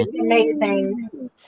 amazing